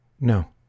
No